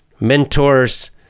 mentors